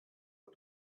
uhr